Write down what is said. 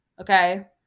okay